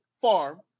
farm